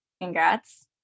Congrats